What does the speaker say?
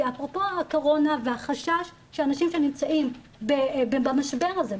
אפרופו הקורונה והחשש שאנשים שנמצאים במשבר הזה,